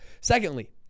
secondly